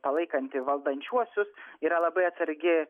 palaikanti valdančiuosius yra labai atsargi